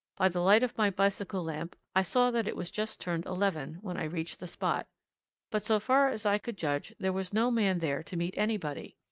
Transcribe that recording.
by the light of my bicycle lamp i saw that it was just turned eleven when i reached the spot but so far as i could judge there was no man there to meet anybody.